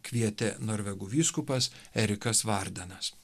kvietė norvegų vyskupas erikas vardenas